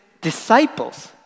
disciples